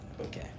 Okay